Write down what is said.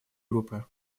группы